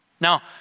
Now